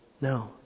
No